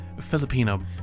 Filipino